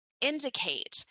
indicate